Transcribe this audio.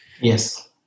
Yes